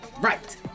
right